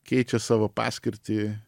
keičia savo paskirtį